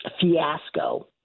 fiasco